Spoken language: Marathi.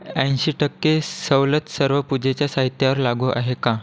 ऐंशी टक्के सवलत सर्व पूजेच्या साहित्यावर लागू आहे का